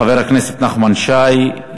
חבר הכנסת נחמן שי.